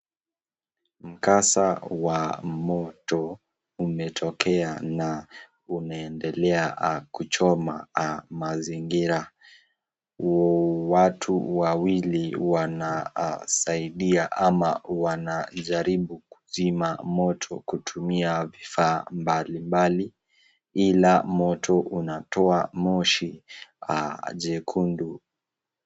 Mkasa wa moto umetokea na unaendelea kuchoma mazingira. Watu wawili wanasaidia ama wanajaribu kuzima moto kutumia vifaa mbali mbali, ila moto unatoa moshi jekundu.